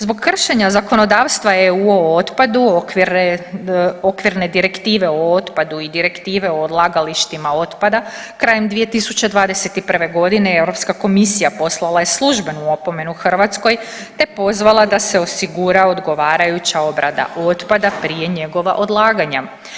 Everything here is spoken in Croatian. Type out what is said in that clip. Zbog kršenja zakonodavstva EU o otpadu, okvirne direktive o otpadu i direktive o odlagalištima otpada krajem 2021. godine Europska komisija poslala je službenu opomenu Hrvatskoj te pozvala da se osigura odgovarajuća obrada otpada prije njegova odlaganja.